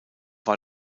war